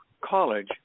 college